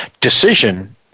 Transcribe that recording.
decision